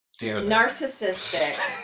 narcissistic